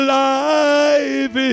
life